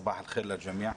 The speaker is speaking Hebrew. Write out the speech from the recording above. סבאח אל-ח'יר לג'מיעה.